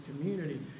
community